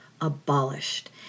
abolished